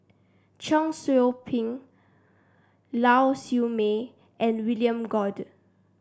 Cheong Soo Pieng Lau Siew Mei and William Goode